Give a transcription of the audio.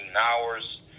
hours